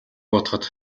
бодоход